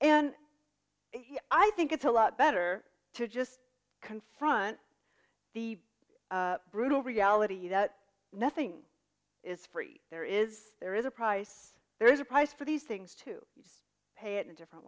and i think it's a lot better to just confront the brutal reality that nothing is free there is there is a price there is a price for these things to pay in a different